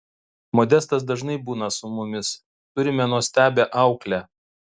modestas dažnai būna su mumis turime nuostabią auklę